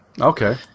Okay